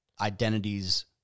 identities